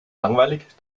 langweilig